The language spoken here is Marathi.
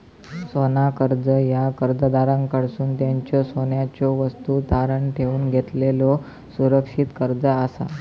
सोना कर्जा ह्या कर्जदाराकडसून त्यांच्यो सोन्याच्यो वस्तू तारण ठेवून घेतलेलो सुरक्षित कर्जा असा